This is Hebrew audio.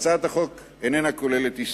להצעת החוק אין הסתייגויות,